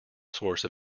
source